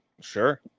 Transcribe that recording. sure